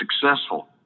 successful